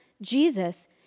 Jesus